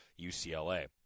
UCLA